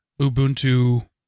Ubuntu